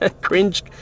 cringe